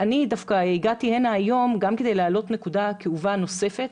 אני דווקא הגעתי היום גם כדי להעלות נקודה כאובה נוספת.